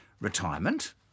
retirement